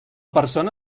persona